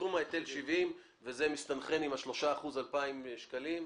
סכום ההיטל יהיה 70,000 שקלים וזה מסתנכרן עם 3% שהם 2,000 שקלים.